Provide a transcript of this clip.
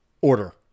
order